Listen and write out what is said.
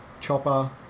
Chopper